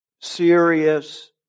serious